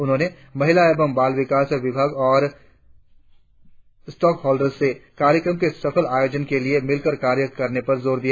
उन्होंने महिला एवं बाल विकास विभाग और स्टेक होल्डर से कार्यक्रम के सफल आयोजन के लिए मिलकर कार्य करने पर जोर दिया